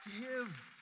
give